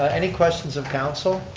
any questions of council?